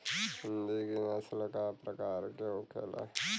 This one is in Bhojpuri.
हिंदी की नस्ल का प्रकार के होखे ला?